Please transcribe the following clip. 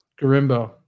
Garimbo